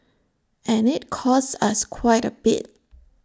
and IT costs us quite A bit